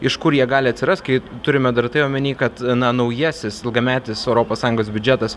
iš kur jie gali atsirast kai turime dar tai omeny kad na naujasis ilgametis europos sąjungos biudžetas